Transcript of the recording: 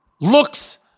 looks